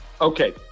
Okay